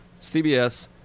CBS